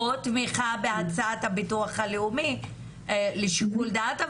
או תמיכה בהצעת הביטוח הלאומי לשיקול דעת,